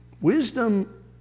Wisdom